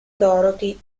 dorothy